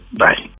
bye